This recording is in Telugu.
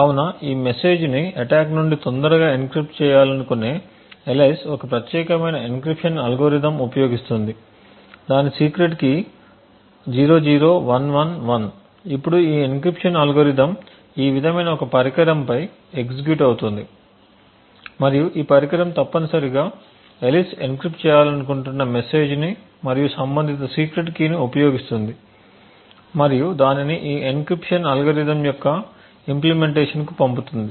కాబట్టి ఈ మెసేజ్ ని అటాక్ నుండి తొందరగా ఎన్క్రిప్ట్ చేయాలనుకునే ఆలిస్ ఒక ప్రత్యేకమైన ఎన్క్రిప్షన్ అల్గోరిథం ఉపయోగిస్తోంది దాని సీక్రెట్ కీ 00111 ఇప్పుడు ఈ ఎన్క్రిప్షన్ అల్గోరిథం ఈ విధమైన ఒక పరికరం పై ఎగ్జిక్యూట్ అవుతోంది మరియు ఈ పరికరం తప్పనిసరిగా ఆలిస్ ఎన్క్రిప్ట్ చేయాలనుకుంటున్న మెసేజ్ ని మరియు సంబంధిత సీక్రెట్ కీని ఉపయోగిస్తుంది మరియు దానిని ఈ ఎన్క్రిప్షన్ అల్గోరిథం యొక్క ఇంప్లీమెంటేషన్కు పంపుతుంది